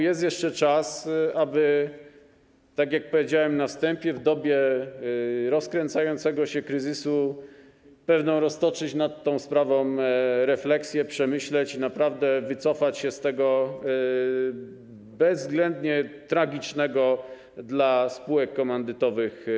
Jest jeszcze czas, aby - tak jak powiedziałem na wstępie - w dobie rozkręcającego się kryzysu roztoczyć nad tą sprawą pewną refleksję, przemyśleć to, naprawdę wycofać się z tego projektu, bezwzględnie tragicznego dla spółek komandytowych.